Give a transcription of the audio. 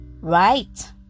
right